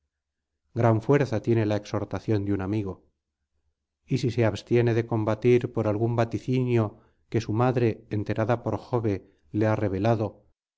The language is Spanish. gran fuerza tiene la exhortación de un amigo y si se abstiene de combatir por algún vaticinio que su madre enterada por jove le ha revelado